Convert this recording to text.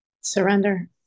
Surrender